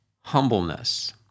humbleness